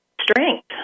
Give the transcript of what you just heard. strength